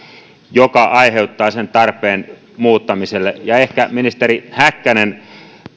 joka aiheuttaa sen tarpeen muuttamiselle ja ehkä ministeri häkkänen